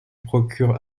procure